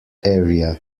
area